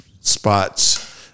spots